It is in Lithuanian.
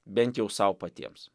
bent jau sau patiems